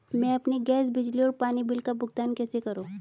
मैं अपने गैस, बिजली और पानी बिल का भुगतान कैसे करूँ?